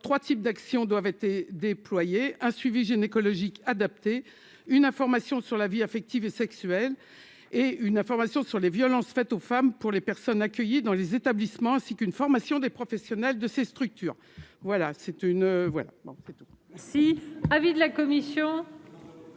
3 types d'actions doivent été déployé un suivi gynécologique adapté une information sur la vie affective et sexuelle et une information sur les violences faites aux femmes, pour les personnes accueillies dans les établissements, ainsi qu'une formation des professionnels de ces structures, voilà c'est une